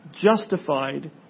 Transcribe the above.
justified